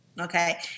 Okay